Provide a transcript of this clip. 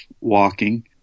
walking